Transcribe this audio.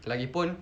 lagipun